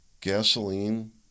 Gasoline